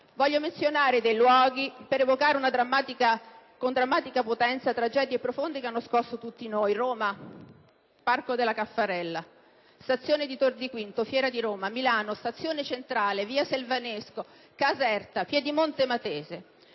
Concludo menzionando alcuni luoghi per evocare con drammatica potenza tragedie profonde che hanno scosso tutti noi: Roma, Parco della Caffarella, stazione di Tor di Quinto, Fiera di Roma; Milano, Stazione centrale, via Selvanesco; Caserta, Piedimonte Matese.